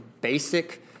basic